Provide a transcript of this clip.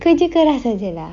kerja keras saje lah